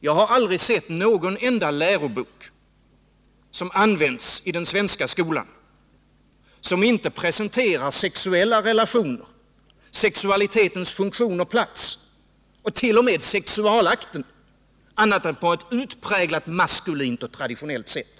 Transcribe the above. Jag har aldrig sett någon enda lärobok använd i den svenska skolan, som inte presenterar sexuella relationer, sexualitetens funktion och plats och t.o.m. sexualakten annat än på ett utpräglat maskulint och traditionellt sätt.